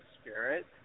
spirit